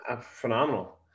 Phenomenal